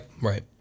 right